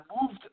moved